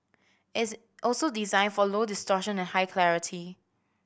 it's also designed for low distortion and high clarity